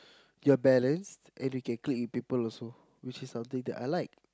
you're balanced and you can click with people also which is something that I like